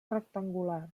rectangular